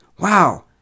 Wow